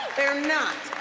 they are not.